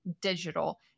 digital